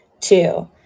Two